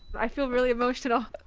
i feel really emotional.